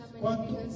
¿Cuántos